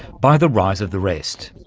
by the rise of the rest.